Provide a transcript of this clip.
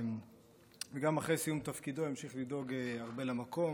וגם אחרי סיום תפקידו המשיך לדאוג הרבה למקום.